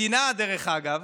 מדינה, דרך אגב,